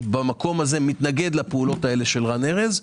במקום הזה אני מתנגד לפעולות הללו של רן ארז.